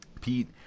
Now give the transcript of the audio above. pete